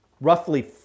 Roughly